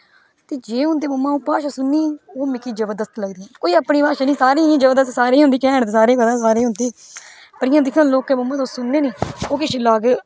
जे उन्दे मूहां उप्पर भाशा सुननी ते ओह् मिकी जवरदस्त लगदी कोई अपनी भाशा नेई जवरदस्त ते सारियां होंदी केन्ट ते सारी होंदी पर जियां दिक्खो लोकें कोला तुस सुनने नेई ओह् किश अलग